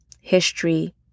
history